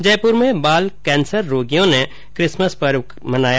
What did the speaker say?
जयप्र में बाल कैंसर रोगियों ने भी किसमस का पर्व मनाया